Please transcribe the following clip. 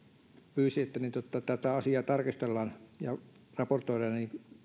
pyysi että tätä asiaa tarkastellaan ja raportoidaan